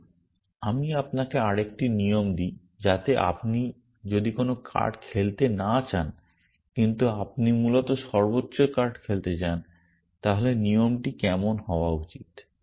তাই আমি আপনাকে আরেকটি নিয়ম দিই যাতে আপনি যদি কোনো কার্ড খেলতে না চান কিন্তু আপনি মূলত সর্বোচ্চ কার্ড খেলতে চান তাহলে নিয়মটি কেমন হওয়া উচিত